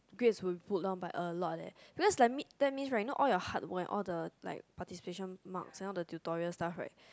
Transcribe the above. grade will good loh but a lot leh because like midterm mean like not all hard all the like participation mark all the tutorial stuff right